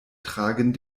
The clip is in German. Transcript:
tragen